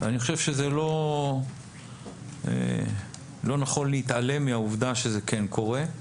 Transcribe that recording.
אני חושב שזה לא נכון להתעלם מהעובדה שזה כן קורה.